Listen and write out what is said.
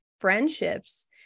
friendships